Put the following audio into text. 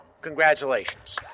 congratulations